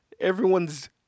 everyone's